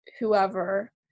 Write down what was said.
whoever